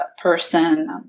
Person